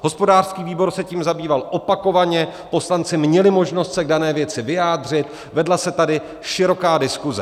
Hospodářský výbor se tím zabýval opakovaně, poslanci měli možnost se k dané věci vyjádřit, vedla se tady široká diskuse.